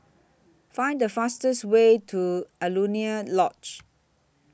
Find The fastest Way to Alaunia Lodge